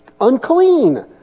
unclean